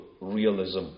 realism